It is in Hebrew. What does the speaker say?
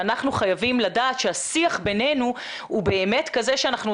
שאנחנו חייבים לדעת שהשיח בינינו הוא באמת כזה שאנחנו